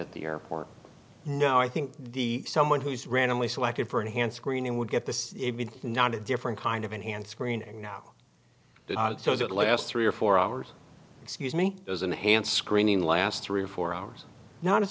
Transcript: at the airport no i think the someone who's randomly selected for enhanced screening would get this not a different kind of enhanced screening now so that last three or four hours excuse me as an enhanced screening last three or four hours not as